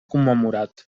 commemorat